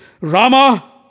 Rama